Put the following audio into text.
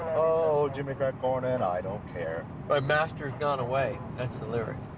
oh jimmy crack corn and i don't care my master's gone away, that's the lyric.